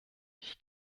ich